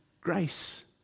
grace